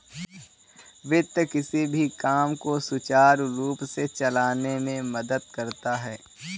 वित्त किसी भी काम को सुचारू रूप से चलाने में मदद करता है